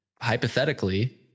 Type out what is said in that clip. hypothetically